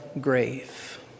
grave